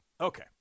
Okay